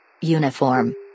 Uniform